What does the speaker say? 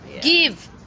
give